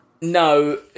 no